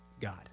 God